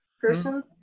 person